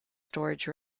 storage